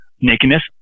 nakedness